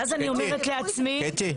ואז אני אומרת לעצמי- -- קטי,